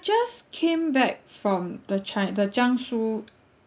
just came back from the china the jiangsu